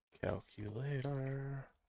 Calculator